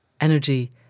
energy